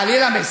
חלילה.